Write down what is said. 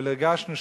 אבל הרגשנו,